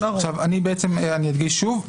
אדגיש שוב,